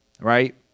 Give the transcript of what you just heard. right